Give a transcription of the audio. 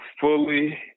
fully